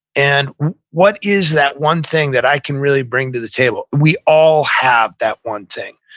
and what is that one thing that i can really bring to the table? we all have that one thing.